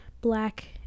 black